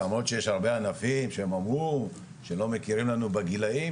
למרות שיש הרבה ענפים שהם אמרו שלא מכירים לנו בגילאים,